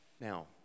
Now